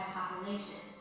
population